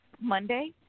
Monday